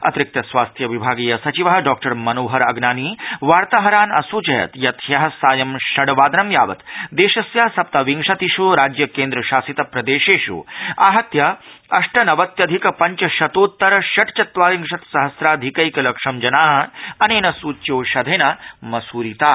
अतिरिक्त स्वास्थ्य विभागीय सचिवः डॉमनोहर अग्नानी वार्ताहरान् असूचयत् यत् हयः सायं षड् वादनं यावत् देशस्य सप्तविंशतिष् राज्य केन्द्र शासित प्रदेशेष् आहत्य अष्टनवत्यधिक पञ्च शतोतर षट् चत्वारिंशत सहस्राधिकैक लक्षं जनाः अनेन सूच्यौषधेन मसूरिताः